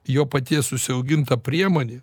jo paties užsiauginta priemonė